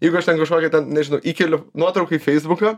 jeigu aš ten kažkokia ten nežinau įkeliu nuotrauką į feisbuką